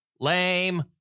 lame